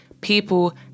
People